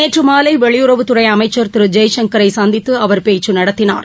நேற்று மாலை வெளியுறவுத்துறை அமைச்சர் திரு ஜெய்சங்கரை சந்தித்து அவர் பேச்சு நடத்தினார்